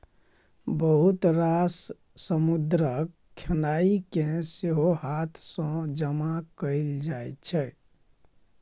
बहुत रास समुद्रक खेनाइ केँ सेहो हाथ सँ जमा कएल जाइ छै